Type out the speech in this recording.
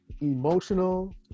emotional